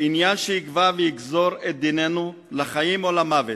עניין שיקבע ויגזור את דיננו לחיים או למוות,